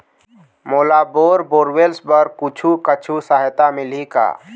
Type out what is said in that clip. मोला bore borewells बर कुछू कछु सहायता मिलही का?